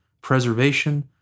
preservation